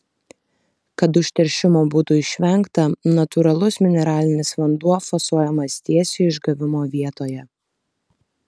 kad užteršimo būtų išvengta natūralus mineralinis vanduo fasuojamas tiesiai išgavimo vietoje